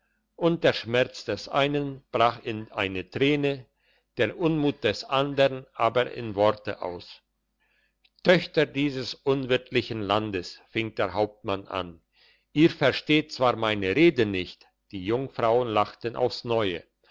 und der schmerz des einen brach in eine träne der unmut des andern aber in worte aus töchter dieses unwirtlichen landes fing der hauptmann an ihr versteht zwar meine rede nicht die jungfrauen lachten aufs neue